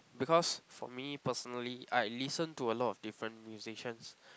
because for me personally I listen to a lot of different musicians